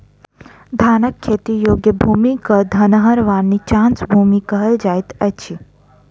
धानक खेती योग्य भूमि क धनहर वा नीचाँस भूमि कहल जाइत अछि